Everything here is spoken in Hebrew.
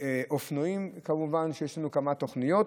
אופנועים, כמובן שיש לנו כמה תוכניות.